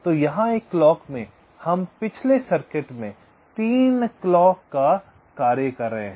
तो यहां एक क्लॉक में हम पिछले सर्किट में 3 क्लॉक का कार्य कर रहे हैं